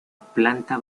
planta